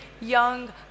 young